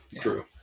True